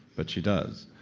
but she does.